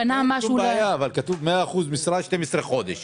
אין בעיה אבל כתוב 100 אחוזי משרה, 12 חודשים.